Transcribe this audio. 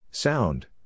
Sound